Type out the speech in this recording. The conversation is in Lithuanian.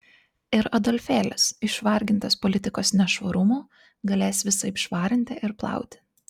ir adolfėlis išvargintas politikos nešvarumų galės visaip švarinti ir plauti